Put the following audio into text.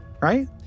Right